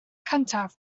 cyntaf